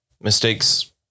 Mistakes